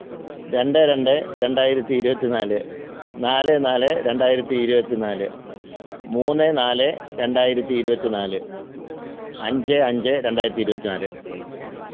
രണ്ട് രണ്ട് രണ്ടായിരത്തി ഇരുപത്തി നാല് നാല് നാല് രണ്ടായിരത്തി ഇരുപത്തി നാല് മൂന്ന് നാല് രണ്ടായിരത്തി ഇരുപത്തി നാല് അഞ്ച് അഞ്ച് രണ്ടായിരത്തി ഇരുപത്തി നാല്